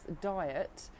diet